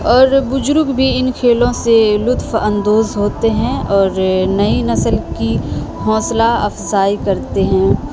اور بجرگ بھی ان کھیلوں سے لطف اندوز ہوتے ہیں اور نئی نسل کی حوصلہ افزائی کرتے ہیں